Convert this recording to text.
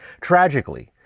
Tragically